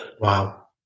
Wow